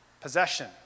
possession